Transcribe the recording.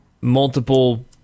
Multiple